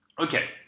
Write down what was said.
Okay